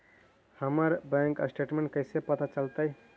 हमर bank statement कैसे पता चलतै?